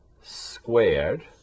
squared